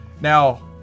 Now